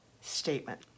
statement